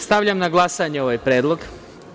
Stavljam na glasanje ovaj predlog.